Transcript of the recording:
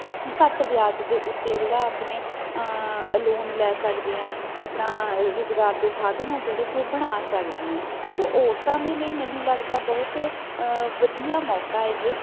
ਘੱਟ ਵਿਆਜ ਦੇ ਉੱਤੇ ਜਿਹੜਾ ਆਪਣੇ ਲੋਨ ਲੈ ਸਕਦੇ ਹਾਂ ਆਪਣਾ ਰੁਜ਼ਗਾਰ ਦੇ ਸਾਧਨ ਆ ਜਿਹੜੇ ਉਹ ਬਣਾ ਸਕਦੇ ਹਾਂ ਸੋ ਔਰਤਾਂ ਦੇ ਲਈ ਮੈਨੂੰ ਲੱਗਦਾ ਬਹੁਤ ਵਧੀਆ ਮੌਕਾ ਇਹ